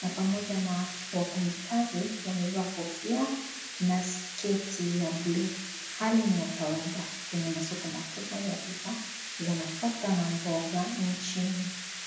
na pamoja na wafanyikazi wamevaa kofia na sketi ya bluu hali niya kawaida kwenye masoko makubwa ya bidhaa za nafaka na mboga nchini .